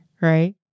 right